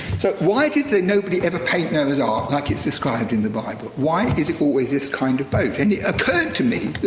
so, why did nobody ever paint noah's ark like it's described in the bible? why is it always this kind of boat? and it occurred to me,